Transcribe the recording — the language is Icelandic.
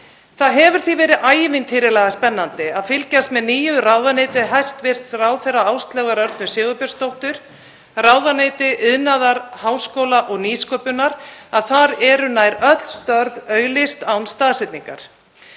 Það hefur því verið ævintýralega spennandi að fylgjast með nýju ráðuneyti hæstv. ráðherra Áslaugar Örnu Sigurbjörnsdóttur, ráðuneyti iðnaðar, háskóla og nýsköpunar, en þar eru nær öll störf auglýst án staðsetningar.